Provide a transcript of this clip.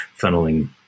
funneling